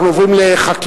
אנחנו עוברים לחקיקה.